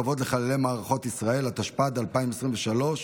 (מינוי רופא מוסמך), התשפ"ד 2023,